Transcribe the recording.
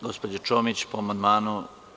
Gospođa Čomić, po amandmanu.